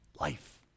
life